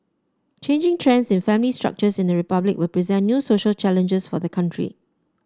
changing trends in family structures in the Republic will present new social challenges for the country